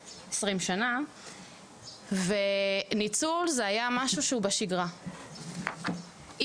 ובזמנו הניצול של החלשים ביותר היה דבר שבשגרה וחלק מתנאי ההעסקה.